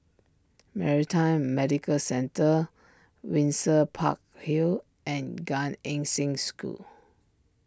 Maritime Medical Centre Windsor Park Hill and Gan Eng Seng School